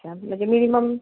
अच्छा म्हणजे मिनिमम